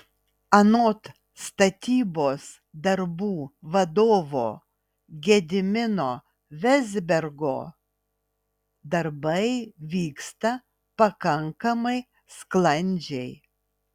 anot statybos darbų vadovo gedimino vezbergo darbai vyksta pakankamai sklandžiai